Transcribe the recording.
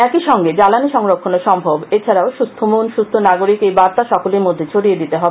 একই সঙ্গে জ্বালানি সংরক্ষণও সম্ভবএছাড়াও সুস্থ মন সুস্থ নাগরিক এই বার্তা সকলের মধ্যে ছড়িয়ে দিতে হবে